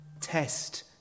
test